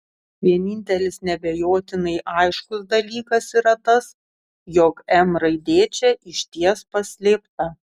vienintelis neabejotinai aiškus dalykas yra tas jog m raidė čia išties paslėpta